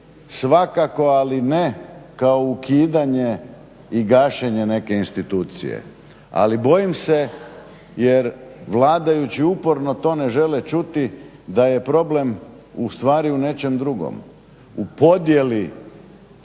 svakako, ali ne kao ukidanje i gašenje neke institucije. Ali bojim se, jer vladajući uporno to ne žele čuti da je problem ustvari u nečem drugom, u podjeli